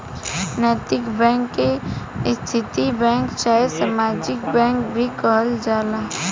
नैतिक बैंक के स्थायी बैंक चाहे सामाजिक बैंक भी कहल जाला